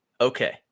Okay